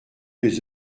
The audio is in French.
les